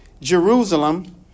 Jerusalem